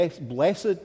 Blessed